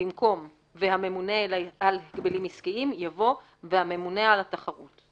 במקום "והממונה על הגבלים עסקיים" יבוא "והממונה על התחרות";